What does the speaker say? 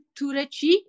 Tureci